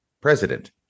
president